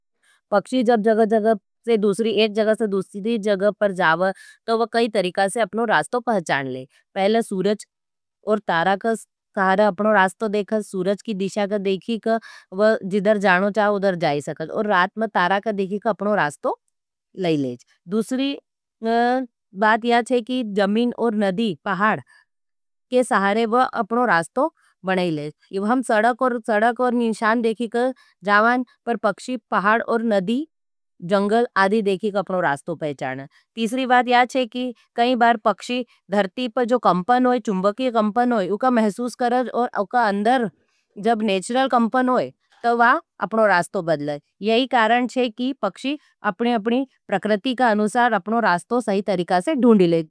पक्षी जब जगह-जगह से दूसरी एक जगह से दूसरी जगह पर जावा, तो वह कई तरीका से अपनो रास्तो पहचान ले। पहले सूरज और तारा के सहारे अपनो रास्तो देखे, सूरज की दिशा के देखे, वह जिधर जानो चाह उधर जाई सके, और रात में तारा के देखे, अपनो रास्तो ले लेज। दूसरी बात यह है कि जमीन और नदी, पहाड़ के सहारे वह अपनो रास्तो बना लेज। इब हम सडक और निशान देखी का जावाँ, पर पक्षी पहाड और नदी, जंगल आधी देखी का अपनो रास्तो पहचान लेज। अपनो रास्तो सही तरीका से डूंड लेज।